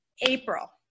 April